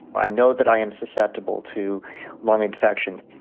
i know that i am susceptible to lung infections.